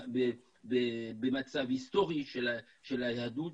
במצב ההיסטורי של היהדות,